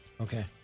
Okay